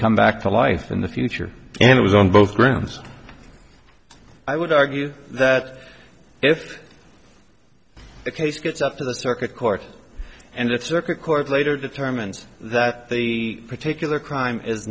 come back to life in the future and it was on both grounds i would argue that if the case gets up to the circuit court and that circuit court later determines that the particular crime is